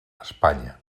espanya